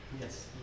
Yes